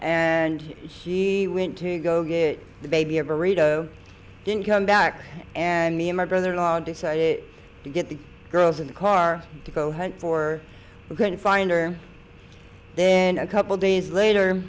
and he went to go get the baby ever read didn't come back and me and my brother in law to get the girls in the car to go hunt for we couldn't find her then a couple days later